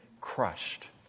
crushed